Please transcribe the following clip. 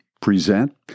present